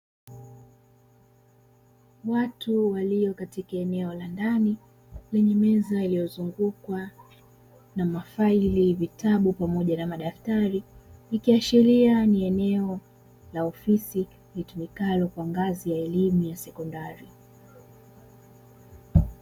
Watu walio katika eneo la ndani lenye meza iliyozungukwa na mafaili vitabu pamoja na madaftari ikiashiria ni eneo la ofisi itumikayo kwa ngazi ya elimu ya sekondari.